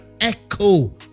echo